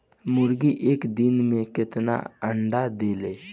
मुर्गी एक दिन मे कितना अंडा देला?